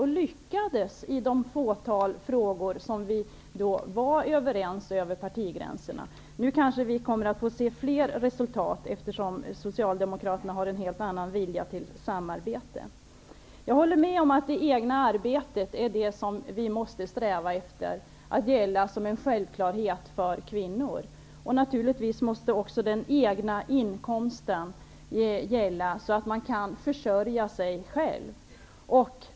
Vi lyckades i de fåtal frågor där vi var överens över partigränserna. Nu kanske vi kommer att få se flera resultat, eftersom Socialdemokraterna har en helt annan vilja till samarbete. Jag håller med om att vi måste sträva efter att det egna arbetet skall vara en självklarhet för kvinnor. Den egna inkomsten måste gälla, så att man kan försörja sig själv.